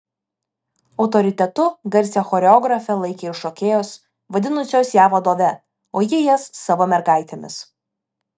autoritetu garsią choreografę laikė ir šokėjos vadinusios ją vadove o ji jas savo mergaitėmis